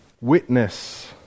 witness